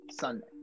Sunday